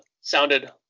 sounded